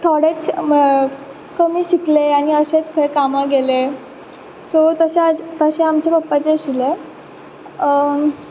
थोडेंच म्हणल्यार कमी शिकले आनी अशेंच खंय कामाक गेले सो तशें आ तशें आमचे पप्पाचें आशिल्लें